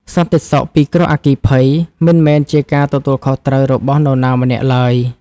សន្តិសុខពីគ្រោះអគ្គីភ័យ មិនមែនជាការទទួលខុសត្រូវរបស់នរណាម្នាក់ឡើយ។